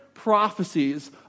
prophecies